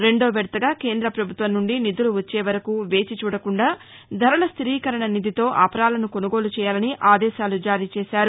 రెండో విడతగా కేంద్ర ప్రభుత్వం నుండి నిధులు వచ్చే వరకు వేచి చూడకుండా ధరల స్టిరీకరణ నిధితో అపరాలను కొనుగోలు చేయాలని ఆదేశాలు జారీ చేశారు